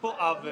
פה עוול